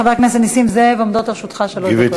חבר הכנסת נסים זאב, עומדות לרשותך שלוש דקות.